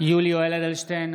יולי יואל אדלשטיין,